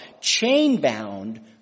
chain-bound